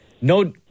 No